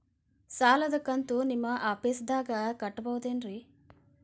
ಸಾಲದ ಕಂತು ನಿಮ್ಮ ಆಫೇಸ್ದಾಗ ಕಟ್ಟಬಹುದೇನ್ರಿ?